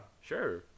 Sure